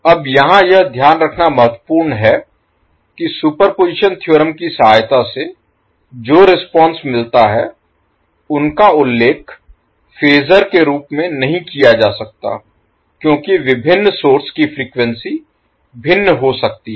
अब यहां यह ध्यान रखना महत्वपूर्ण है कि सुपरपोज़िशन थ्योरम की सहायता से जो रिस्पांस Response प्रतिक्रिया मिलता हैं उनका उल्लेख फ़ेसर के रूप में नहीं किया जा सकता क्योंकि विभिन्न सोर्स की फ्रीक्वेंसी भिन्न हो सकती हैं